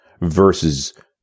versus